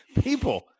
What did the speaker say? People